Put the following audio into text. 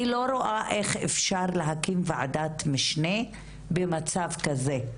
אני לא רואה איך אפשר להקים וועדת משנה במצב כזה,